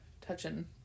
touching